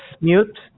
mute